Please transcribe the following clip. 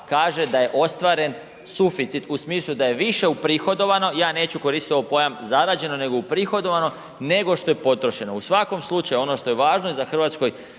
kaže da je ostvaren suficit u smislu da je više uprihodovano. Ja neću koristiti ovaj pojam zarađeno nego uprihodovano nego što je potrošeno. U svakom slučaju ono što je važno za hrvatsku